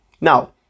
Now